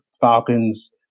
Falcons